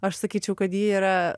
aš sakyčiau kad ji yra